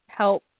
help